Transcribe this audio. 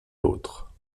l’autre